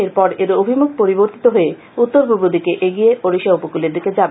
এরপর এর অভিমুখ পরিবর্তিত হয়ে উত্তর পূর্ব দিকে এগিয়ে ওড়িশা উপকুলের দিকে যাবে